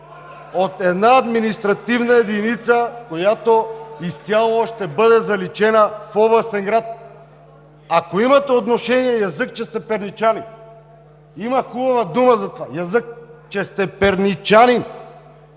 от една административна единица, която изцяло ще бъде заличена в областен град. Ако имате отношение, язък, че сте перничанин! Има хубава дума за това: „Язък, че сте перничанин!“